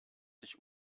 sich